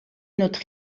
notre